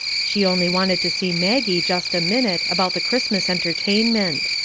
she only wanted to see maggie just a minute about the christmas entertainment.